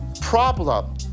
problem